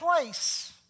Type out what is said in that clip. place